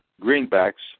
greenbacks